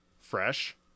fresh